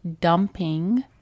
dumping